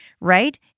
right